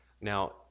Now